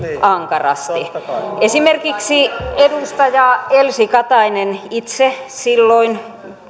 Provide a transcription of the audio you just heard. ankarasti esimerkiksi edustaja elsi katainen itse silloin